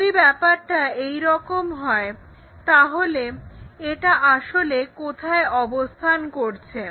যদি ব্যাপারটা এরকম হয় তাহলে এটা আসলে কোথায় অবস্থান করছে